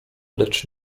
lecz